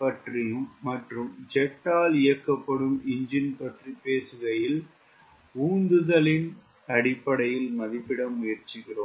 பற்றியும் மற்றும் ஜெட் ஆல் இயக்கப்படும் எஞ்சின் பற்றி பேசுகையில் உந்துதலின் அடிப்படையில் மதிப்பிட முயற்சிக்கிறோம்